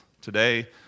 Today